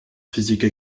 physique